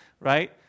right